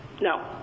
No